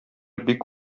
бик